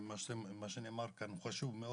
מה שנאמר כאן הוא חשוב מאוד.